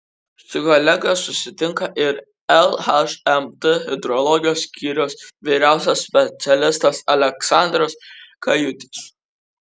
su kolega sutinka ir lhmt hidrologijos skyriaus vyriausiasis specialistas aleksandras kajutis